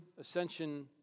ascension